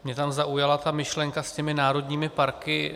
Mě tam zaujala ta myšlenka s těmi národními parky.